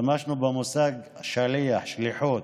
השתמשנו במושג "השליח", "שליחות",